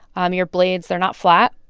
um your blades they're not flat,